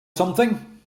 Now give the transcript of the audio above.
something